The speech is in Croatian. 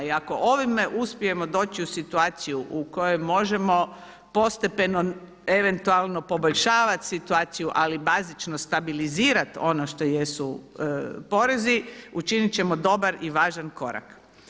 I ako ovime uspijemo doći u situaciju u kojoj možemo postepeno eventualno poboljšavati situaciju ali bazično stabilizirat ono što jesu porezi učinit ćemo dobar i važan korak.